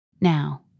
Now